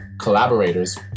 collaborators